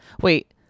Wait